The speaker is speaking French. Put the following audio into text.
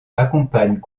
accompagnent